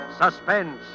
Suspense